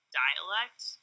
dialect